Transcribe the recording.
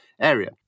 area